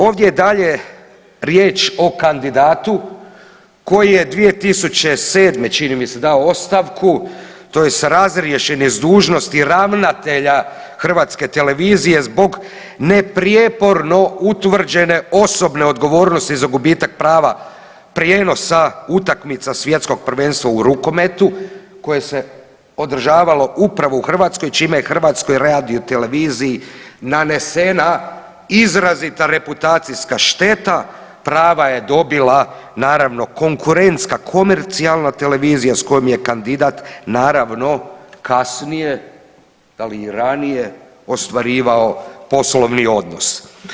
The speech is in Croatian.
Ovdje je dalje riječ o kandidatu koji je 2007. čini mi se dao ostavku tj. razriješen je s dužnosti ravnatelja Hrvatske televizije zbog neprijeporno utvrđene osobne odgovornosti za gubitak prava prijenosa utakmica svjetskog prvenstva u rukometu koje se održavalo upravo u Hrvatskoj čime je HRT-u nanesena izrazita reputacijska šteta, prava je dobila naravno konkurentska komercionalna televizija s kojom je kandidat naravno kasnije da li i ranije ostvarivao poslovni odnos.